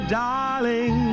darling